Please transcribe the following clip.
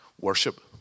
worship